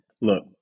Look